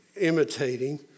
imitating